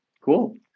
Cool